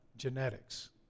Genetics